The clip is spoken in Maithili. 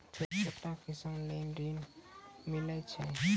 छोटा किसान लेल ॠन मिलय छै?